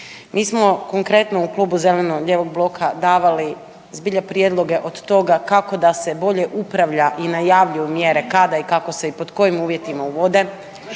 Mi smo konkretno u Klubu zeleno-lijevog bloka davali zbilja prijedloge, od toga kako da se bolje upravlja i najavljuju mjere kada i kako se i pod kojim uvjetima uvode,